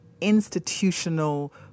institutional